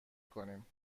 کنیم